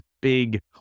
big